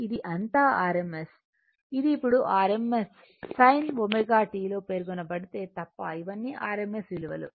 ఇది ఇప్పుడు rms sin ω t లో పేర్కొనబడితే తప్ప ఇవన్నీ rms విలువలు